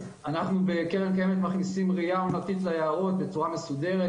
אז אנחנו בקרן קיימת לישראל מכניסים רעייה עונתית ליערות בצורה מסודרת,